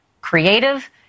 creative